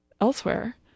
elsewhere